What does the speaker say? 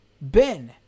Ben